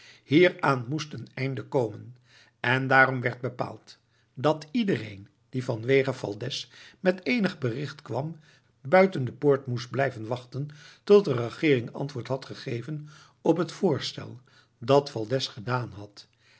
hieraan moest een einde komen en daarom werd bepaald dat iedereen die vanwege valdez met eenig bericht kwam buiten de poort moest blijven wachten tot de regeering antwoord had gegeven op het voorstel dat valdez gedaan had